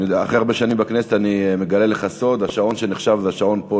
אחרי הרבה שנים בכנסת אני מגלה לך סוד: השעון שנחשב לשעון הוא השעון פה,